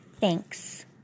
Thanks